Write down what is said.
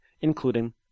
including